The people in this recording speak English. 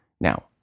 Now